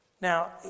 Now